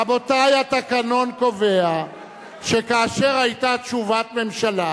רבותי, התקנון קובע שכאשר היתה תשובת ממשלה,